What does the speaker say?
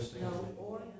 No